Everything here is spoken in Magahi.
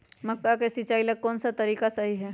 मक्का के सिचाई ला कौन सा तरीका सही है?